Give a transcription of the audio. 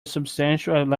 substantial